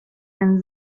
ten